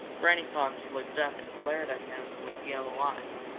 granny fox looked up and glared at him with yellow eyes.